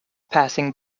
passing